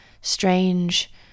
strange